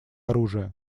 оружия